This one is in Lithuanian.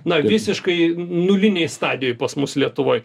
na visiškai nulinėj stadijoj pas mus lietuvoj